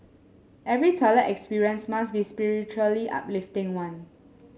every toilet experience must be spiritually uplifting one